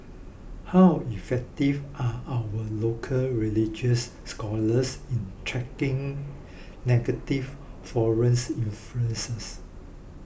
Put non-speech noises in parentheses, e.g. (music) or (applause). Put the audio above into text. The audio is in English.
how effective are our local religious scholars in tracking negative foreign (unintelligible) influences